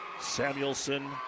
Samuelson